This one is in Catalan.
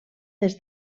des